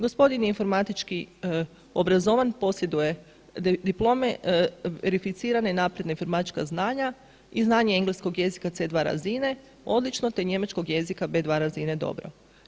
Gospodin je informatički obrazovan, posjeduje diplome verificirane i napredna informatička znanja i znanje engleskog jezika C2 razine odlično, te njemačkog jezika B2 razine dobro.